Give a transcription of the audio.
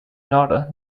nora